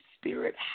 Spirit